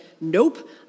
nope